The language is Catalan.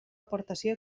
aportació